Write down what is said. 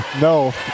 no